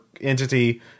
entity